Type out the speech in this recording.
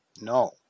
No